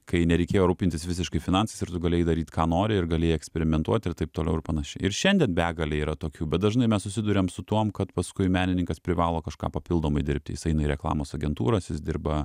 kai nereikėjo rūpintis visiškai finansais ir tu galėjai daryt ką nori ir galėjai eksperimentuot ir taip toliau ir panašiai ir šiandien begalė yra tokių bet dažnai mes susiduriam su tuom kad paskui menininkas privalo kažką papildomai dirbti jis eina į reklamos agentūras jis dirba